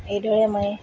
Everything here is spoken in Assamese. এইদৰে মই